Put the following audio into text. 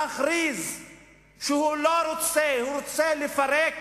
להכריז שהוא לא רוצה, שהוא רוצה לפרק